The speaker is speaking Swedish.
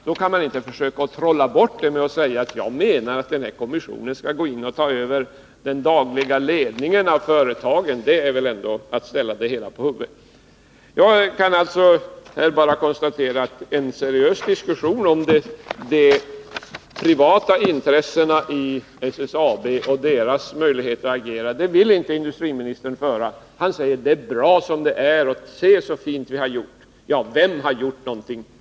Det går inte att försöka trolla bort detta genom att göra gällande att kommissionen enligt min mening skall gå in och ta över den dagliga ledningen av företagen, för det är att ställa det hela på huvudet. Jag kan bara konstatera att industriministern inte vill föra en seriös diskussion om de privata intressena i SSAB och deras möjligheter att agera. Industriministern säger bara: Det är bra som det är, se så mycket fint vi har gjort. Men vem är det som har gjort någonting?